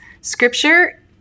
Scripture